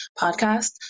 podcast